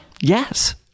Yes